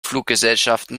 fluggesellschaften